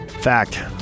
fact